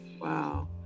Wow